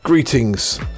Greetings